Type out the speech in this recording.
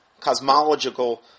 cosmological